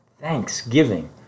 thanksgiving